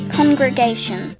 Congregation